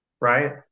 right